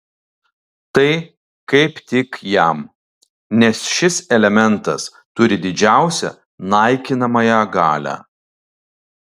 tai kaip tik jam nes šis elementas turi didžiausią naikinamąją galią